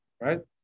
right